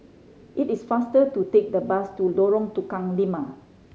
it is faster to take the bus to Lorong Tukang Lima